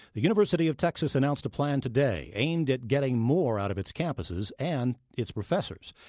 the university of texas announced a plan today aimed at getting more out of its campuses and its professors.